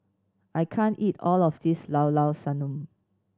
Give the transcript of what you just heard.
I can't eat all of this Llao Llao Sanum